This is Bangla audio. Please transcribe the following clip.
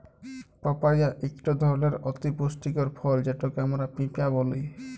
পাপায়া ইকট ধরলের অতি পুষ্টিকর ফল যেটকে আমরা পিঁপা ব্যলি